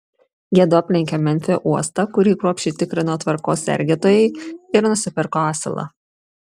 jiedu aplenkė memfio uostą kurį kruopščiai tikrino tvarkos sergėtojai ir nusipirko asilą